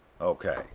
Okay